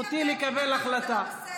זכותי גם להגיד עליו: זה לא בסדר.